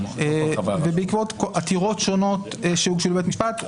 ובעקבות עתירות שונות שהוגשו לבית משפט,